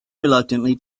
reluctantly